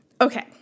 Okay